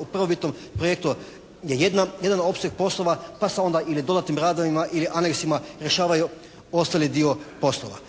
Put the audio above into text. U prvobitnom projektu je jedan opseg poslova, pa se onda ili dodatnim radovima ili aneksima rješavaju ostali dio poslova.